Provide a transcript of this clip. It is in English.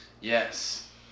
Yes